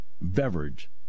beverage